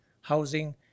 housing